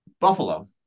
Buffalo